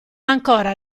ancora